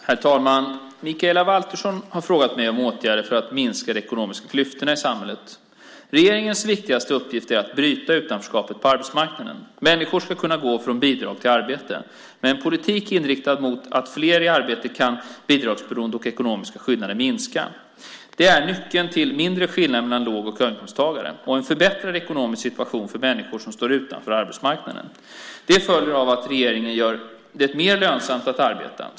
Herr talman! Mikaela Valtersson har frågat mig om åtgärder för att minska de ekonomiska klyftorna i samhället. Regeringens viktigaste uppgift är att bryta utanförskapet på arbetsmarknaden. Människor ska kunna gå från bidrag till arbete. Med en politik inriktad mot att få fler i arbete kan bidragsberoende och ekonomiska skillnader minska. Det är nyckeln till mindre skillnader mellan låg och höginkomsttagare och en förbättrad ekonomisk situation för människor som står utanför arbetsmarknaden. Det följer av att regeringen gör det mer lönsamt att arbeta.